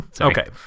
okay